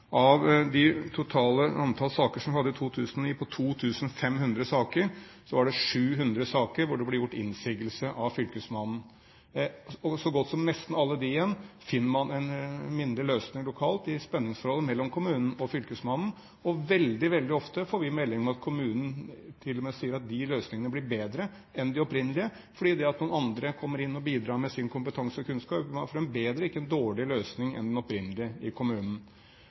Av det totale antall saker som vi hadde i 2009, 2 500, var det 700 saker hvor det ble gjort innsigelse av fylkesmannen. I så godt som nesten alle dem igjen finner man en minnelig løsning lokalt i spenningsforholdet mellom kommunen og fylkesmannen. Veldig, veldig ofte får vi melding om at kommunen til og med sier at den løsningen blir bedre enn den opprinnelige, fordi noen andre kommer inn og bidrar med sin kompetanse og kunnskap, og man får en bedre, ikke en dårligere, løsning i kommunen enn den opprinnelige.